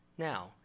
Now